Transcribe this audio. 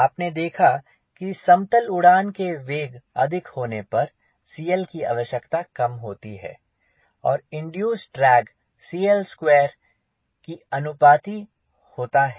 आपने देखा है कि समतल उड़ान के वेग अधिक होने पर CL की आवश्यकता कम होती है और इंड्यूसेड ड्रैग CL 2 के अनुपाती होता है